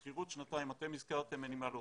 שכירות לשנתיים הזכרתם ואין לי מה להוסיף.